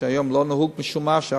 מה שהיום לא נהוג משום מה,